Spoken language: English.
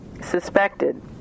suspected